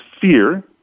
fear